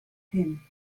him